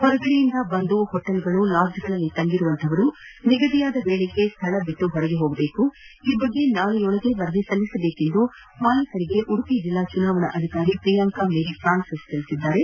ಹೊರಗಡೆಯಿಂದ ಬಂದು hotel lodge ಗಳಲ್ಲಿ ತಂಗಿರುವಂತಹವರು ನಿಗದಿತ ವೇಳೆಗೆ ಸ್ವಳ ತೊರೆಯಬೇಕು ಈ ಬಗ್ಗೆ ನಾಳೆಯೊಳಗೆ ವರದಿ ಸಲ್ಲಿಸುವಂತೆ ಮಾಲೀಕರಿಗೆ ಉಡುಪಿ ಜೆಲ್ಲಾ ಚುನಾವಣಾಧಿಕಾರಿ ಪ್ರಿಯಾಂಕಾ ಮೇರಿ ಫ್ರುನ್ಸಿಸ್ ಹೇಳಿದ್ದಾರೆ